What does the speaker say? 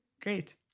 Great